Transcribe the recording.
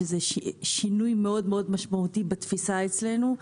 שזה שינוי מאוד מאוד משמעותי בתפיסה אצלנו.